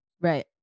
Right